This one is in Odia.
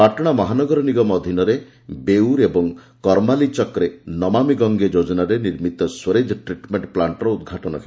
ପାଟଣା ମହାନଗର ନିଗମ ଅଧୀନରେ ବେଉର୍ ଓ କର୍ମାଲିଚକରେ ନମାମି ଗଙ୍ଗେ ଯୋଜନାରେ ନିର୍ମିତ ସ୍ୱେରେଜ ଟ୍ରିଟ୍ମେଣ୍ଟ ପ୍ଲାଣ୍ଟର ଉଦ୍ଘାଟନ ହେବ